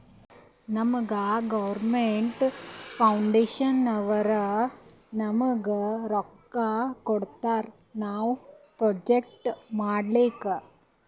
ನಮುಗಾ ಗೌರ್ಮೇಂಟ್ ಫೌಂಡೇಶನ್ನವ್ರು ನಮ್ಗ್ ರೊಕ್ಕಾ ಕೊಡ್ತಾರ ನಾವ್ ಪ್ರೊಜೆಕ್ಟ್ ಮಾಡ್ಲಕ್